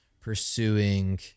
pursuing